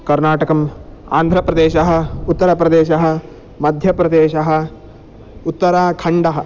कर्नाटकम् आन्ध्रप्रदेशः उत्तरप्रदेशः मध्यप्रदेशः उत्तराखण्डः